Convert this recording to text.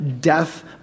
death